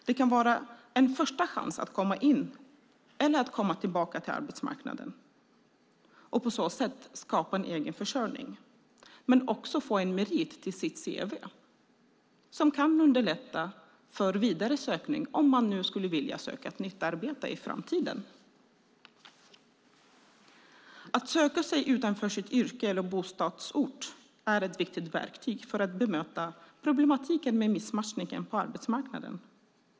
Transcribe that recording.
Det kan vara en första chans att komma in på eller tillbaka till arbetsmarknaden och på så sätt skapa en egen försörjning men också få en merit till sitt cv som kan underlätta för vidare sökning om man nu skulle vilja söka ett nytt arbete i framtiden. Att söka sig utanför sitt yrke eller sin bostadsort är ett viktigt verktyg för att bemöta problematiken med missmatchningen på arbetsmarknaden.